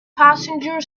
passenger